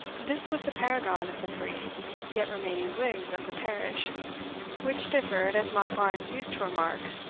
this was the paragon of the three yet remaining wigs of the parish which differed, as monkbarns used to remark,